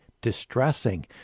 distressing